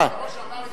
כמו שאמר ידידי,